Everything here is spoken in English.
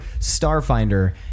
Starfinder